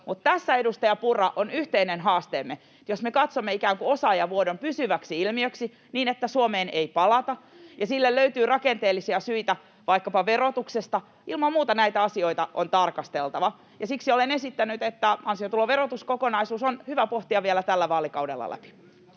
Mutta tässä, edustaja Purra, on yhteinen haasteemme: jos me katsomme ikään kuin osaajavuodon pysyväksi ilmiöksi niin, että Suomeen ei palata, [Jani Mäkelän välihuuto] ja sille löytyy rakenteellisia syitä vaikkapa verotuksesta, ilman muuta näitä asioita on tarkasteltava. Siksi olen esittänyt, että ansiotuloverotuskokonaisuus on hyvä pohtia vielä tällä vaalikaudella läpi.